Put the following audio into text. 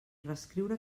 reescriure